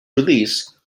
release